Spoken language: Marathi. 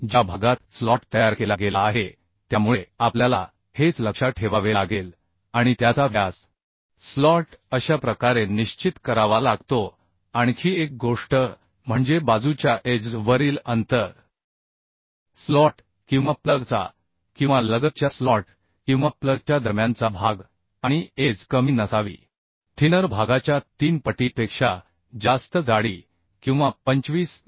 ज्या भागात स्लॉट तयार केला गेला आहे त्यामुळे आपल्याला हेच लक्षात ठेवावे लागेल आणि त्याचा स्लॉटचा व्यासअशा प्रकारे निश्चित करावा लागतो आणखी एक गोष्ट म्हणजे बाजूच्या एज वरील अंतर स्लॉट किंवा प्लगचा किंवा लगतच्या स्लॉट किंवा प्लगच्या दरम्यानचा भाग आणि एज कमी नसावी थिनर भागाच्या तीन पटीपेक्षा जास्त जाडी किंवा 25 मि